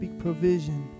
provision